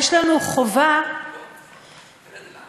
יש לנו חובה להיות